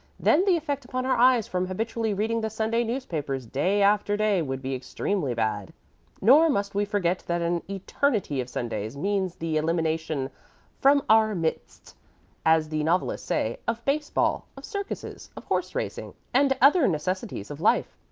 then the effect upon our eyes from habitually reading the sunday newspapers day after day would be extremely bad nor must we forget that an eternity of sundays means the elimination from our midst as the novelists say, of baseball, of circuses, of horse-racing, and other necessities of life,